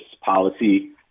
policy